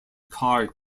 car